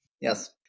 Yes